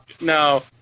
no